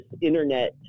internet